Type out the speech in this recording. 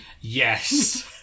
Yes